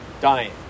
dying